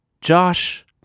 josh